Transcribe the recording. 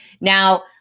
Now